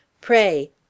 Pray